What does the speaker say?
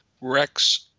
Rex